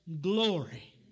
glory